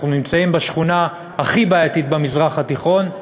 אנחנו נמצאים בשכונה הכי בעייתית במזרח התיכון,